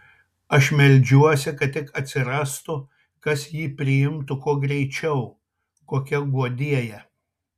aš meldžiuosi kad tik atsirastų kas jį priimtų kuo greičiau kokia guodėja